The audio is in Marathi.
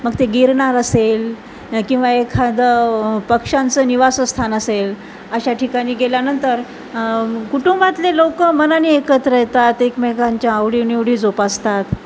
मग ते गिरनार असेल किंवा एखादं पक्षांचं निवासस्थान असेल अशा ठिकाणी गेल्यानंतर कुटुंबातले लोकं मनाने एकत्र येतात एकमेकांच्या आवडीनिवडी जोपासतात